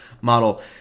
model